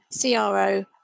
CRO